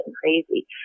crazy